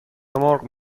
مرغ